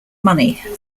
money